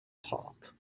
top